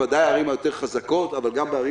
בוודאי הערים החזקות יותר אבל גם הערים